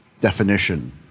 definition